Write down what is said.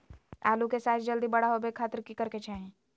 आलू के साइज जल्दी बड़ा होबे के खातिर की करे के चाही?